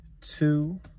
two